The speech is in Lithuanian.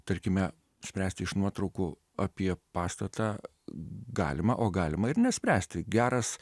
tarkime spręsti iš nuotraukų apie pastatą galima o galima ir nespręsti geras